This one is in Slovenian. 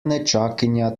nečakinja